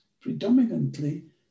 predominantly